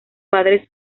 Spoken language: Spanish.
padres